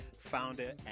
founder